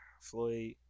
Floyd